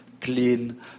clean